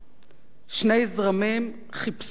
שני זרמים חיפשו בכנות